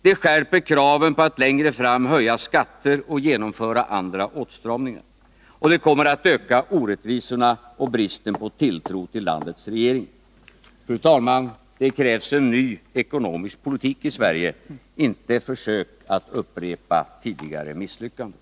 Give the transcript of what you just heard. Det skärper kraven på att man längre fram skall höja skatter och genomföra andra åtstramningar. Och det kommer att öka orättvisorna och bristen på tilltro till landets regering. Fru talman! Det krävs en ny ekonomisk politik i Sverige — inte försök att upprepa tidigare misslyckanden.